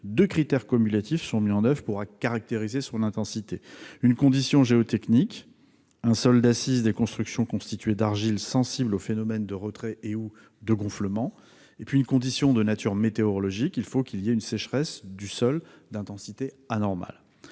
deux critères cumulatifs sont mis en oeuvre pour caractériser son intensité. Premièrement, une condition géotechnique : un sol d'assise des constructions constitué d'argile sensible aux phénomènes de retrait et/ou de gonflement. Deuxièmement, une condition de nature météorologique : une sécheresse du sol d'intensité anormale.